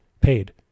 paid